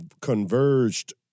converged